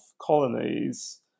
colonies